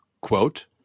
quote